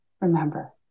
remember